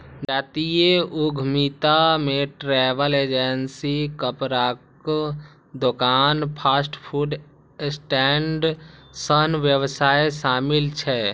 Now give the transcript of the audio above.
जातीय उद्यमिता मे ट्रैवल एजेंसी, कपड़ाक दोकान, फास्ट फूड स्टैंड सन व्यवसाय शामिल छै